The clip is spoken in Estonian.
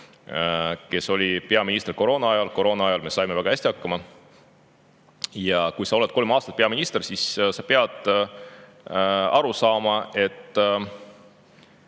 kes oli peaminister koroonaajal. Koroonaajal me saime väga hästi hakkama. Kui sa oled olnud kolm aastat peaminister, siis sa pead aru saama, et